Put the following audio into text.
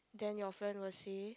then your friend will say